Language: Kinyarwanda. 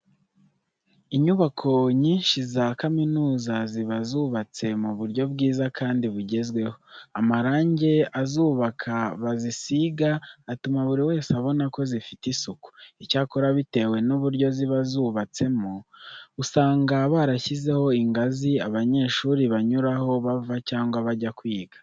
Inyubako nyinshi za kaminuza ziba zubatse mu buryo bwiza kandi bugezweho, amarange abazubaka bazisiga atuma buri wese abona ko zifite isuku. Icyakora bitewe n'uburyo ziba zubatsemo usanga barashyizeho ingazi abanyeshuri banyuraho bava cyangwa bajya kwiga.